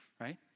right